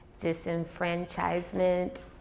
disenfranchisement